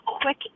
quick